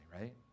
right